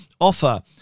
offer